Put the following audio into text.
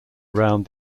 around